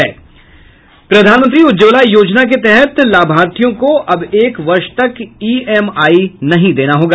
प्रधानमंत्री उज्ज्वला योजना के तहत लाभार्थियों को अब एक वर्ष तक ईएमआई नहीं देना होगा